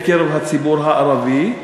בקרב הציבור הערבי,